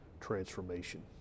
transformation